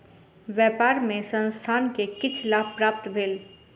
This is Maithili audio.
व्यापार मे संस्थान के किछ लाभ प्राप्त भेल